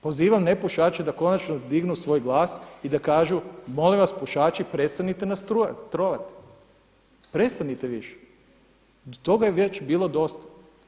Pozivam nepušače da konačno dignu svoj glas i da kažu, molim vas pušači prestanite nas trovati, prestanite više, toga je već bilo dosta.